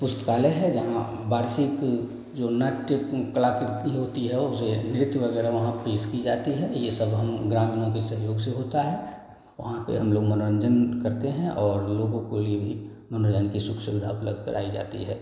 पुस्तकालय है जहाँ वार्षिक जो नाट्य कलाकृति होती है और जो नृत्य वगैरह वहाँ पेश की जाती है ये सब हम ग्रामीणों के सहयोग से होता है वहाँ पे हम लोग मनोरंजन करते हैं और लोगों के लिए भी मनोरंजन की सुख सुविधा उपलब्ध कराई जाती है